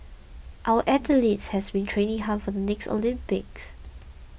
our athletes has been training hard for the next Olympics